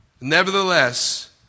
nevertheless